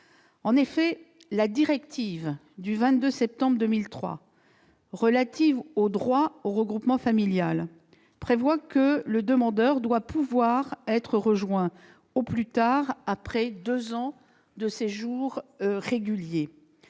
familial. La directive du 22 septembre 2003 relative au droit au regroupement familial prévoit que le demandeur doit pouvoir être rejoint par sa famille au plus tard après deux ans de séjour régulier.